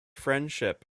friendship